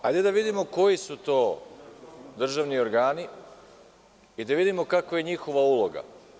Hajde da vidimo koji su to državni organi i da vidimo kakva je njihova uloga?